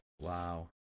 Wow